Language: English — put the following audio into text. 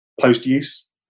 post-use